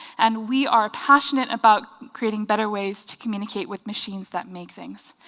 and we are passionate about creating better ways to communicate with machines that make things.